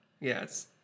Yes